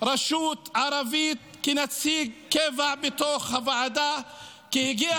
רשות ערבית כנציג קבע בתוך הוועדה כי הגיע